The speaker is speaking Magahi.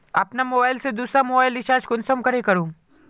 अपना मोबाईल से दुसरा मोबाईल रिचार्ज कुंसम करे करूम?